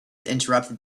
interrupted